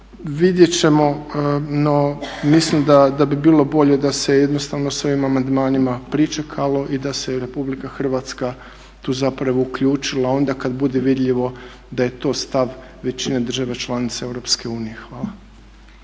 vidjet ćemo no mislim da bi bilo bolje da se jednostavno s ovim amandmanima pričekalo i da se RH tu zapravo uključila onda kad bude vidljivo da je to stav većina država članica EU. Hvala.